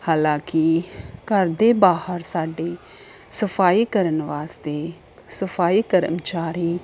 ਹਾਲਾਂਕਿ ਘਰ ਦੇ ਬਾਹਰ ਸਾਡੇ ਸਫਾਈ ਕਰਨ ਵਾਸਤੇ ਸਫਾਈ ਕਰਮਚਾਰੀ